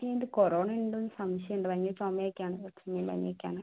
എനിക്ക് കൊറോണ ഉണ്ടോയെന്ന് സംശയമുണ്ട് ഭയങ്കര ചുമയൊക്കെയാണ് ചുമയും പനിയുമൊക്കെയാണ്